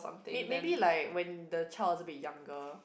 it maybe like when the child is a bit younger